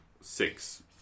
six